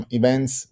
events